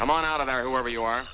come on out of our wherever you are